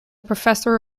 professor